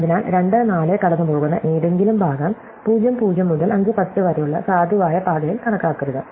അതിനാൽ 2 4 കടന്നുപോകുന്ന ഏതെങ്കിലും ഭാഗം 0 0 മുതൽ 5 10 വരെയുള്ള സാധുവായ പാതയിൽ കണക്കാക്കരുത്